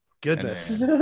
goodness